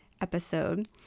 episode